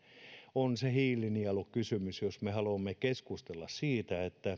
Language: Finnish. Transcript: on hiilinielukysymys jos me haluamme keskustella siitä